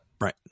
right